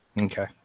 okay